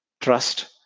trust